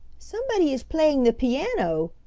somebody is playing the piano,